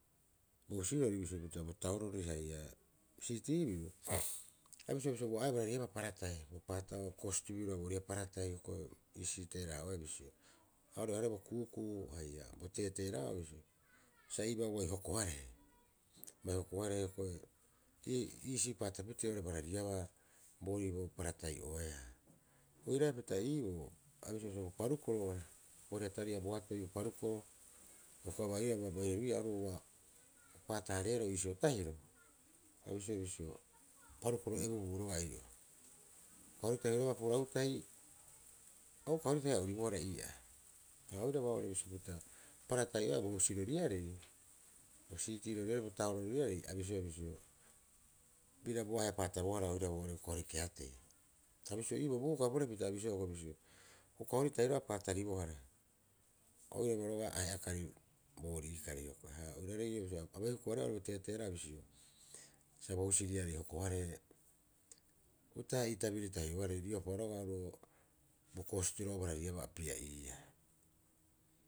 Bo husirori bisio pita bo taunrori haia siitii biru a bisioea bisio paratai bo paata'oo kostibiru a booriia paratai hioko'i iisi teeraa'oe bisio, aore'ohareea bo ku'uku'u haia bo teeteeraa'oo bisio, sa iibaa ubai hoko- harehe. Bai hoko- harehe hiokoi ii, iisii paatapitee oo'ore barariabaa boorii bo paratai oeea. Oirapita ii'oo bo parukoro booriha tari'a boatoi bo parukoro ioka baia bo ou'iaro ua opaata- hareeroo iisio tahiro, a bisioea bisio, parukoro ebubuu roga'a ii'oo purau tahi auka horitahi, auka hori tahi ouribohara ii'aa. Ha oiraba oo'ore bisio pita, paratai'oea bo husiroriarei bo siitii roriarei, bo taororiarei a bisioea bisio bira boahe'a paatabohara oirau uka hori kehatei. Ha bisio iiboo Buukaa porepita a bisioea hiokoi bisio, uka hori tahi roga'a apaata ribohara. A ouebohara roga'a ahe'akari boori kari. A bai huku- hareea bo teeteera'a bisio, sa bo husiriarei hoko- harehe utaha'a ii tabiri tahioarei riopa roga'a oru'oo bo kosti'oo bararibaa a pia'iia.